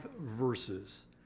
verses